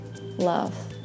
Love